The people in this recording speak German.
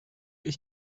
ich